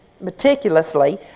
meticulously